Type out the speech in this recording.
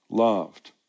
Loved